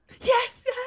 Yes